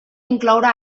incloure